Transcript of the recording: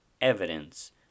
evidence